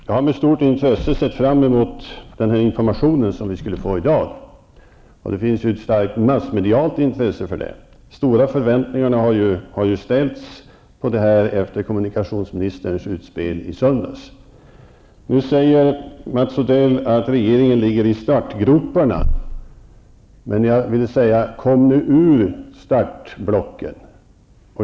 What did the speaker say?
Herr talman! Jag har med stort intresse sett fram emot den information som vi skulle få i dag. Det massmediala intresset är också stort. Det har ställts stora förväntningar efter kommunikationsministerns utspel i söndags. Mats Odell sade att regeringen ligger i startgroparna. Min kommentar är: Kom ur startblocken!